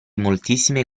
moltissime